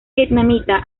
vietnamita